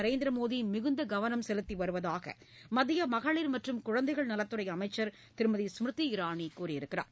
நரேந்திர மோடி மிகுந்த கவனம் செலுத்தி வருவதாக மத்திய மகளிர் மற்றும் குழந்தைகள் நலத்துறை அமைச்சர் திருமதி ஸ்மிருதி இரானி கூறியிருக்கிறார்